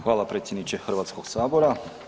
Hvala predsjedniče Hrvatskoga sabora.